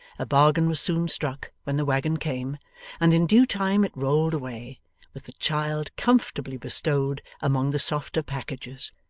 a bargain was soon struck when the waggon came and in due time it rolled away with the child comfortably bestowed among the softer packages,